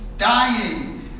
Dying